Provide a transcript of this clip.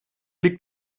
liegt